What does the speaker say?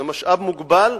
זה משאב מוגבל.